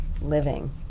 living